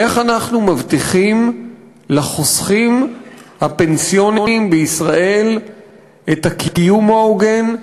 איך אנחנו מבטיחים לחוסכים הפנסיוניים בישראל את הקיום ההוגן,